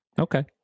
Okay